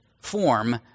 form